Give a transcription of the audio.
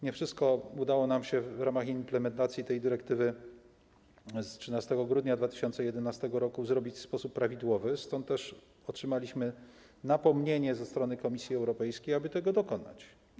Nie wszystko udało nam się w ramach implementacji tej dyrektywy z 13 grudnia 2011 r. zrobić w sposób prawidłowy, stąd też otrzymaliśmy napomnienie ze strony Komisji Europejskiej, aby tego dokonać.